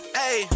hey